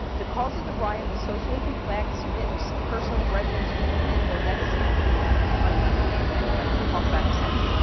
the cause of the riot was socially complex, mixed personal grudges within the legacy of a dis, divisive land claim i'm gonna talk about in a second.